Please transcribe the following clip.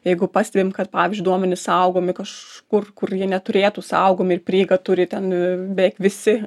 jeigu pastebim kad pavyzdžiui duomenys saugomi kažkur kur jie neturėtų saugomi ir prieigą turi ten beveik visi